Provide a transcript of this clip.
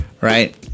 right